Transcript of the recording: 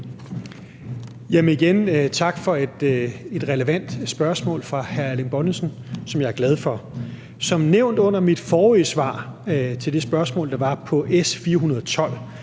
tak for et relevant spørgsmål fra hr. Erling Bonnesen, som jeg er glad for. Som nævnt under mit forrige svar til det spørgsmål, der var under S 412,